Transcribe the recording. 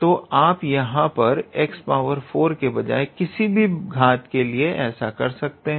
तो आप यहां पर 𝑥4 के बजाय किसी भी घात के लिए के लिए ऐसा कर सकते हैं